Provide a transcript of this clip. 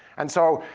and so,